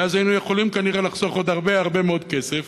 כי אז היינו יכולים כנראה לחסוך עוד הרבה הרבה מאוד כסף.